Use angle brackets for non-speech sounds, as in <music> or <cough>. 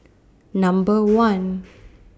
Number <noise> one